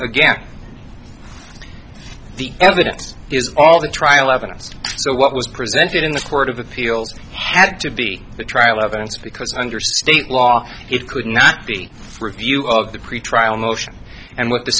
again the evidence is all the trial evidence so what was presented in the court of appeals to be the trial evidence because under state law it could not be a review of the pretrial motion and what the